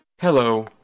Hello